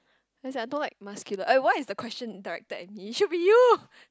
ya sia I don't like muscular eh why is the question directed at me it should be you